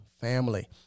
family